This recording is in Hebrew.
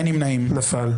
הצבעה לא אושרה נפל.